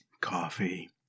Coffee